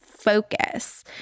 focus